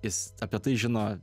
jis apie tai žino